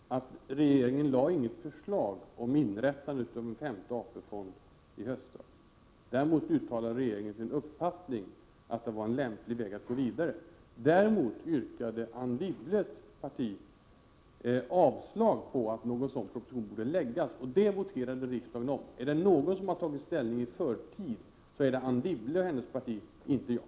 Herr talman! Regeringen lade faktiskt inte fram något förslag i höstas om inrättande av en femte AP-fond. Däremot uttalade regeringen uppfattningen att det var en lämplig väg att gå vidare på. Anne Wibbles parti yrkade avslag på att en sådan proposition skulle läggas fram, och det voterade riksdagen om. Är det någon som har tagit ställning i förtid är det Anne Wibble och hennes parti — inte jag.